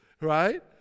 Right